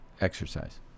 exercise